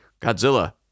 Godzilla